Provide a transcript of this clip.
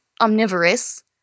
omnivorous